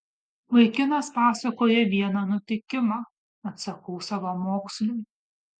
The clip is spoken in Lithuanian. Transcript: vaikinas pasakoja vieną nutikimą atsakau savamoksliui